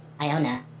Iona